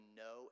no